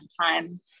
time